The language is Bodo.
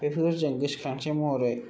बेफोरखौ जों गोसोखांथि महरै